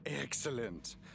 Excellent